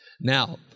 Now